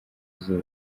izuba